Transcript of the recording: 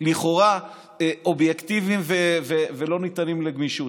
לכאורה אובייקטיביים ולא ניתנים לגמישות,